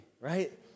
Right